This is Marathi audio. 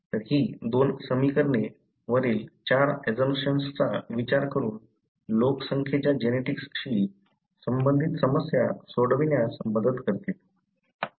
तर ही दोन समीकरणे वरील चार अजंप्शन्सचा विचार करून लोकसंख्येच्या जेनेटिक्सशी संबंधित समस्या सोडवण्यास मदत करतील